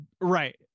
Right